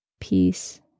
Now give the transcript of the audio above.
peace